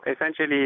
essentially